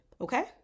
Okay